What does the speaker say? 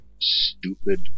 stupid